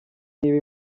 niba